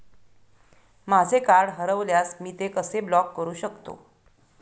माझे कार्ड हरवल्यास मी ते कसे ब्लॉक करु शकतो?